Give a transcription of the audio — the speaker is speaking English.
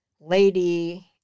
lady